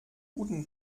guten